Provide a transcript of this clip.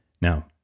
Now